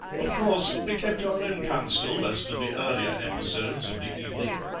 of course, we kept our own counsel as to the earlier episodes of the evening.